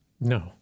no